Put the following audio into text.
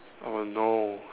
oh no